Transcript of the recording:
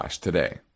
today